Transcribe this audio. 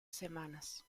semanas